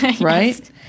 right